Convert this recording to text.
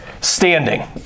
standing